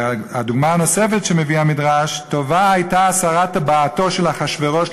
והדוגמה הנוספת שמביא המדרש: "טובה הייתה הסרת טבעתו של אחשוורוש",